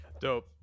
Dope